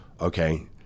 Okay